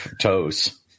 toes